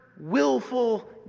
willful